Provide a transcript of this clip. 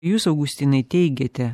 jūs augustinai teigiate